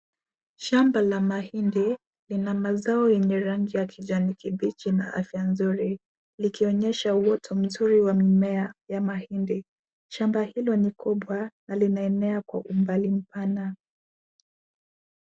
Shamba la mahindi lina mazao yenye rangi ya kijani kibichi na afya nzuri, likionyesha uwote mzuri wa mimea ya mahindi. Shamba hilo ni kubwa na linaenea kwa umbali mpana.